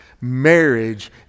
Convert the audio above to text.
marriage